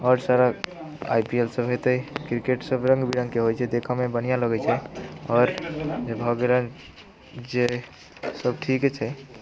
आओर सारा I P L सभ हेतै क्रिकेट सभ रङ्ग बिरङ्गके होइत छै देखयमे बढ़िआँ लगैत छै आओर जे भऽ गेलनि जे सभ ठीके छै